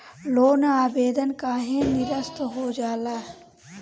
Loan आवेदन काहे नीरस्त हो जाला?